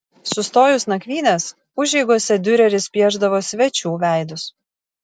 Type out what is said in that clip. sustojus nakvynės užeigose diureris piešdavo svečių veidus